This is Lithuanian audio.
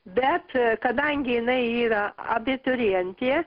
bet kadangi jinai yra abiturientė